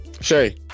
Shay